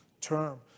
term